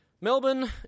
Melbourne